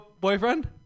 boyfriend